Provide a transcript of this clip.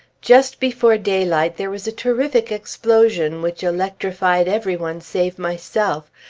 just before daylight there was a terrific explosion which electrified every one save myself.